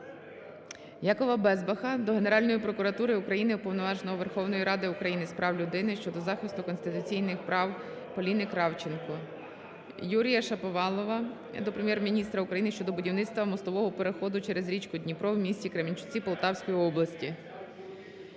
Якова Безбаха до Генеральної прокуратури України, Уповноваженого Верховної Ради України з прав людини щодо захисту конституційних прав Поліни Кравченко. Юрія Шаповалова до Прем'єр-міністра України щодо будівництва мостового переходу через річку Дніпро в місті Кременчуці Полтавської області.